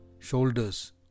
shoulders